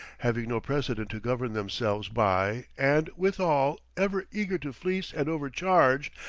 having no precedent to govern themselves by, and, withal, ever eager to fleece and overcharge,